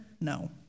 No